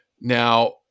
Now